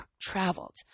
traveled